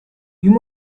you